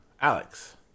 Alex